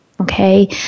okay